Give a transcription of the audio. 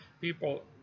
People